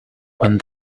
when